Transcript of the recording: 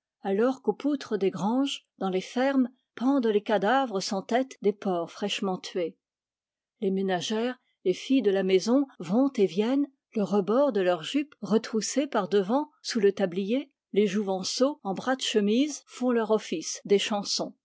alors qu'aux poutres des granges dans les fermes pendent les cadavres sans tête des porcs fraîchement tués les ménagères les filles de la maison vont et viennent le rebord de leur jupe retroussé par devant sous le tablier les jouvenceaux en bras de chemise font leur office d'échansons